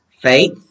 faith